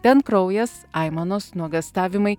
ten kraujas aimanos nuogąstavimai